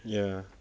ya